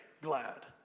glad